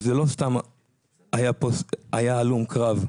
לא סתם היה הלום קרב,